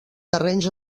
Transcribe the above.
terrenys